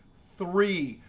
three,